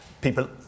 people